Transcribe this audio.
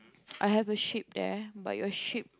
I have a sheep there but your sheep